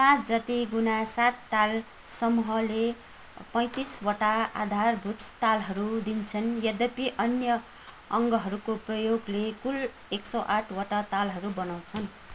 पाँच जति गुना सात ताल समूहले पैँतिसवटा आधारभूत तालहरू दिन्छन् यद्यपि अन्य अङ्गहरूको प्रयोगले कुल एक सय आठवटा तालहरू बनाउँछन्